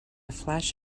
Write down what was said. flash